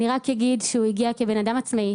אני רק אגיד שהוא הגיע כבן אדם עצמאי,